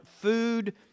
food